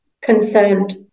Concerned